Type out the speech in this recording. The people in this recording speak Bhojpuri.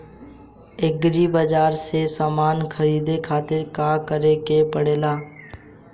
एग्री बाज़ार से समान ख़रीदे खातिर का करे के पड़ेला?